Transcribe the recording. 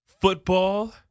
football